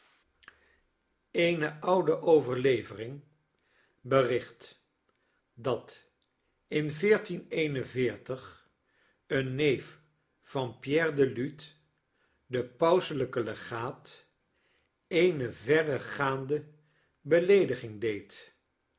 eene oude overlevering bericht dat in een neef van pierre de lude de pauselijke legaat eene verregaande beleediging deed